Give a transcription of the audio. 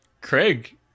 Craig